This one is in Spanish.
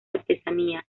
artesanía